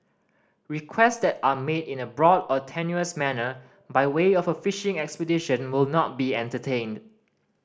requests that are made in a broad or tenuous manner by way of a fishing expedition will not be entertained